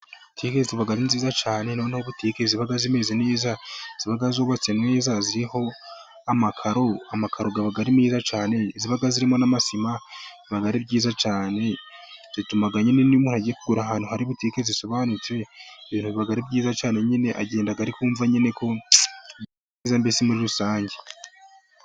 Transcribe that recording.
Butike ziba ari nziza cyane. Noneho butike ziba zimeze neza ziba zubatse, ziriho amakaro. Amakaro aba ari meza. Ziba zirimo n'amasima. Biba ari byiza cyane ituma n'iyo umuntu agiye kugurira ahantu hari butike zisobanutse ibintu biba ari byiza cyane, nyine agenda ari kumva nyine ameze neza, mbese muri rusange.